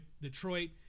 Detroit